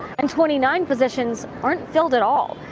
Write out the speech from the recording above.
and twenty nine positions aren't filled at all.